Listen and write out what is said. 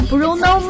Bruno